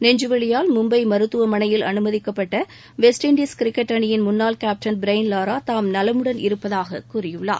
நெஞ்சுவலியால் மும்பை மருத்துவமனையில் அனுமதிக்கப்பட்ட West Indies cricket அணியின் முன்னாள் கேப்டன் ப்ரைன் லாரா தாம் நலமுடன் இருப்பதாக கூறியுள்ளார்